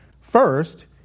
First